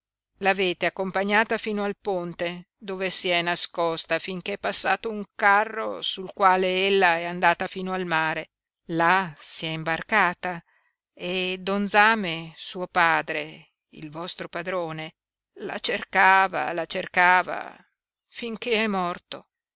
l'avete accompagnata fino al ponte dove si è nascosta finché è passato un carro sul quale ella è andata fino al mare là si è imbarcata e don zame suo padre il vostro padrone la cercava la cercava finché è morto